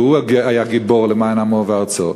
והוא היה גיבור למען עמו וארצו,